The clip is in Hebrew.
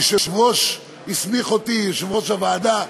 היושב-ראש, יושב-ראש הוועדה,